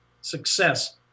success